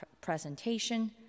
presentation